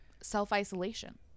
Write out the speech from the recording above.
self-isolation